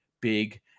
big